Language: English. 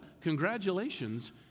congratulations